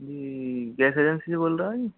जी gas agency से बोल रहा है